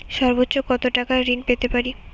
সর্বোচ্চ কত টাকা ঋণ পেতে পারি?